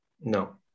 No